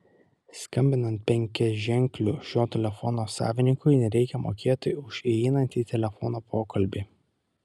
skambinant penkiaženkliu šio telefono savininkui nereikia mokėti už įeinantį telefono pokalbį